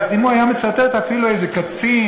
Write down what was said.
אם הוא היה מצטט אפילו איזה קצין,